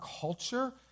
culture